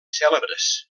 cèlebres